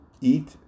eat